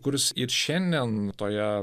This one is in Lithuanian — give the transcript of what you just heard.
kuris ir šiandien toje